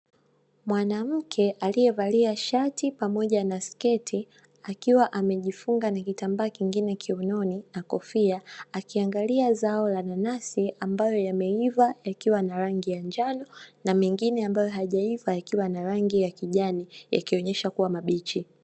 Mwanamke aliyevalia shati pamoja na sketi, akiwa amejifunga na kitambaa kengine kiunoni na kofia, akiangalia zao la nanasi ambalo yameiva yakiwa na rangi ya njano na mengine ambayo hayajaiva, yakiwa na rangi ya njano yakionyesha kuwa ni mabichi.